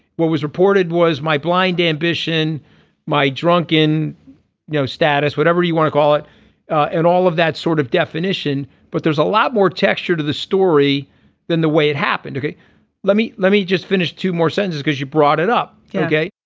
what was reported was my blind ambition my drunken no status whatever you want to call it and all of that sort of definition. but there's a lot more texture to the story than the way it happened. ok let me let me just finish two more senses because you brought it up okay.